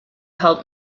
help